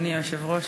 אדוני היושב-ראש,